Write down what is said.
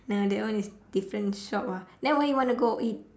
no that one is different shop ah then where you want to go eat